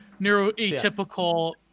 neuroatypical